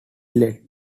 led